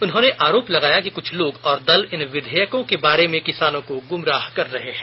उन्होंने आरोप लगाया कि कुछ लोग और दल इन विधेयकों के बारे में किसानों को गुमराह कर रहे हैं